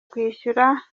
kwishyura